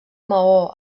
maó